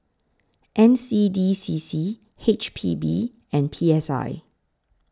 N C D C C H P B and P S I